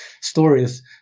stories